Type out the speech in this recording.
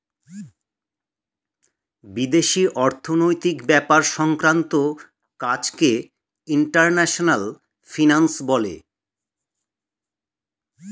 বিদেশি অর্থনৈতিক ব্যাপার সংক্রান্ত কাজকে ইন্টারন্যাশনাল ফিন্যান্স বলে